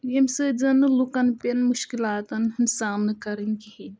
ییٚمہِ سۭتۍ زَن نہٕ لوکَن پیٚن مُشکِلاتَن ہُنٛد سامنہٕ کَرٕنۍ کِہیٖنۍ